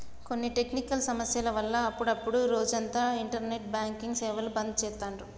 కొన్ని టెక్నికల్ సమస్యల వల్ల అప్పుడప్డు రోజంతా ఇంటర్నెట్ బ్యాంకింగ్ సేవలు బంద్ చేత్తాండ్రు